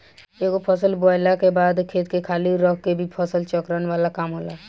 एगो फसल बोअला के बाद खेत के खाली रख के भी फसल चक्र वाला काम होला